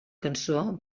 cançó